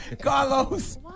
Carlos